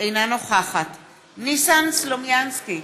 אינה נוכחת ניסן סלומינסקי,